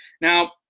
Now